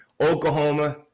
Oklahoma